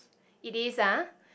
it is ah